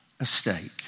estate